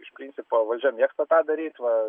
iš principo valdžia mėgsta tą daryt va